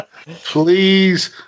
Please